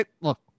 Look